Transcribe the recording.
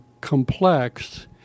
complex